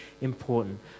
important